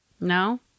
No